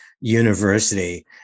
university